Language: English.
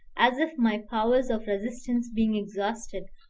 as if my powers of resistance being exhausted,